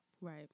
Right